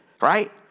right